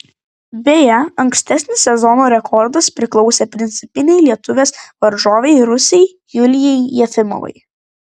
beje ankstesnis sezono rekordas priklausė principinei lietuvės varžovei rusei julijai jefimovai